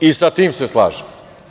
I sa tim se slažem.